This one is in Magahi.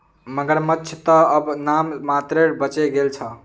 मगरमच्छ त अब नाम मात्रेर बचे गेल छ